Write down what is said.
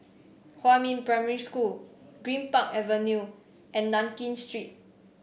Huamin Primary School Greenpark Avenue and Nankin Street